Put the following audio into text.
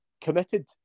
committed